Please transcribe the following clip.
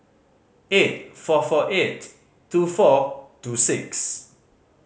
eight four four eight two four two six